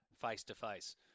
face-to-face